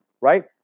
right